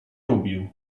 lubił